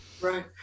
Right